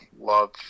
love